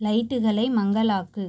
லைட்டுகளை மங்கலாக்கு